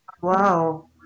wow